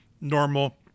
normal